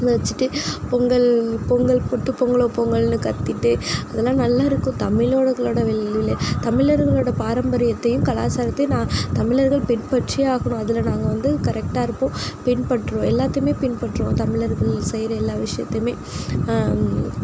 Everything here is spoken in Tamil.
வச்சிகிட்டு பொங்கல் பொங்கல் போட்டு பொங்கலோ பொங்கல்னு கத்திகிட்டு அதெலாம் நல்லாயிருக்கும் தமிழர்களோடு தமிழர்களோடு பாரம்பரியத்தையும் கலாச்சாரத்தையும் நான் தமிழர்கள் பின்பற்றியே ஆகணும் அதில் நாங்கள் வந்து கரெக்டாக இருப்போம் பின்பற்றுவோம் எல்லாத்தையுமே பின்பற்றுவோம் தமிழர்கள் செய்கிற எல்லா விஷயத்தையுமே